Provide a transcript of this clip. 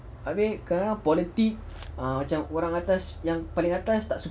I mean kadang-kadang politik macam orang atas yang paling atas tak suka